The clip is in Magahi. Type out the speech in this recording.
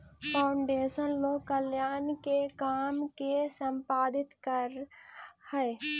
फाउंडेशन लोक कल्याण के काम के संपादित करऽ हई